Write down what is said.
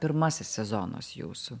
pirmasis sezonas jūsų